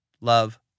love